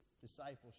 discipleship